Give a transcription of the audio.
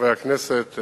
חברי הכנסת,